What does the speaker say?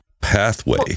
pathway